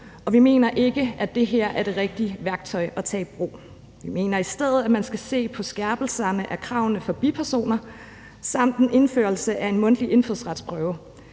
vi mener ikke, det her er det rigtige værktøj at tage i brug. Vi mener, at man i stedet skal se på en skærpelse af kravene til bipersoner samt en indførelse af en mundtlig indfødsretsprøve.